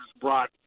brought